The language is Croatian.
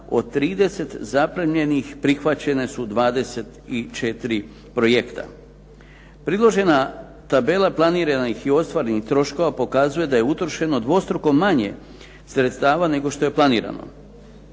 od 30 zaprimljenih prihvaćene su 24 projekta. Priložena tabela planiranih i ostvarenih troškova pokazuje da je utrošeno dvostruko manje sredstava nego što je planirano.